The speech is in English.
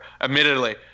Admittedly